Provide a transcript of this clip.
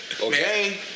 Okay